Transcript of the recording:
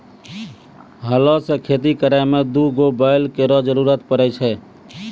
हलो सें खेती करै में दू गो बैल केरो जरूरत पड़ै छै